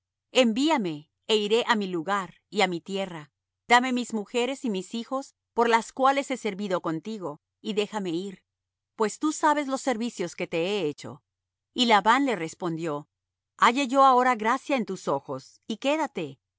envíame é iré á mi lugar y á mi tierra dame mis mujeres y mis hijos por las cuales he servido contigo y déjame ir pues tú sabes los servicios que te he hecho y labán le respondió halle yo ahora gracia en tus ojos y quédate